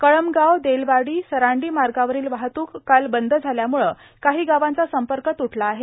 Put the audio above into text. कळमगाव देलवाड़ी सरांडी मार्गावरील वाहतूक काल बंद झाल्यामुळे काही गावांचा संपर्क तूटला आहे